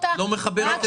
את לא מחברת את זה?